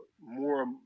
more